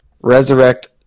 Resurrect